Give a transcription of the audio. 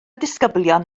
disgyblion